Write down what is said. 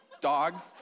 dogs